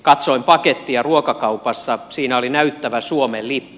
katsoin pakettia ruokakaupassa siinä oli näyttävä suomen lippu